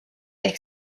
ehk